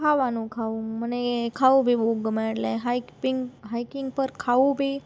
ખાવાનું ખાઉ મને ખાવું ભી બહુ ગમે એટલે હાઈકિંગ હાઈકિંગ પર ખાવું ભી